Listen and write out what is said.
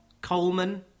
Coleman